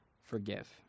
forgive